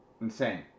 Insane